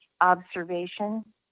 observation